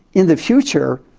in the future,